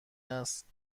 است